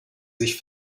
sich